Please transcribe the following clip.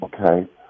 Okay